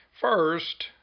First